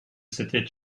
c’était